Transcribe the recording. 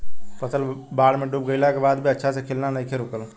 फसल बाढ़ में डूब गइला के बाद भी अच्छा से खिलना नइखे रुकल